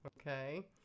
okay